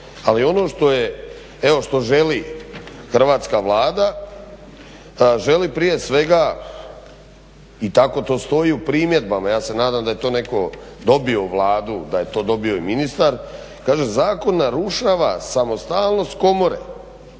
je, evo što želi hrvatska Vlada želi prije svega i tako to stoji u primjedbama. Ja se nadam da je to netko dobio Vladu, da je to dobio i ministar. Kaže zakon narušava samostalnost komore,